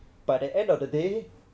but the end of the day